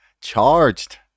charged